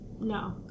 No